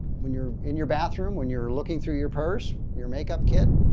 when you're in your bathroom, when you're looking through your purse, your makeup kit,